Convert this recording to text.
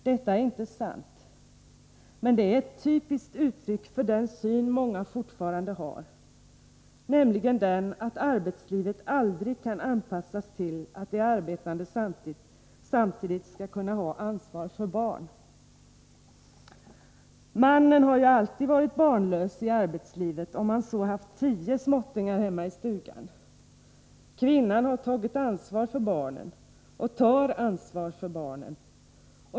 Detta är inte sant — men det är ett typiskt uttryck för den syn många fortfarande har, nämligen den att arbetslivet aldrig kan anpassas till att de arbetande samtidigt skall kunna ha ansvar för barn. Mannen har ju alltid varit barnlös i arbetslivet, om han så haft tio småttingar hemma i stugan. Kvinnan har tagit ansvar för barnen — och tar ansvar för barnen.